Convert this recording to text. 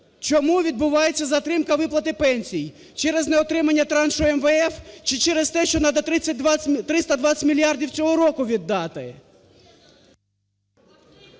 Чому відбувається затримка виплати пенсій? Через неотримання траншу МВФ чи через те, що треба 320 мільярдів цього року віддати?